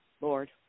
Lord